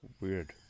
weird